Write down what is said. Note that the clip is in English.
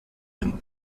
him